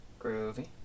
Groovy